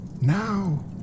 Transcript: Now